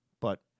But-